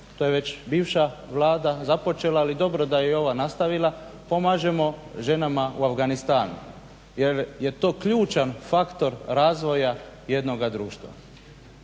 to je već bivša Vlada započela, ali dobro da je i ova nastavila, pomažemo ženama u Afganistanu jer je to ključan faktor razvoja jednoga društva.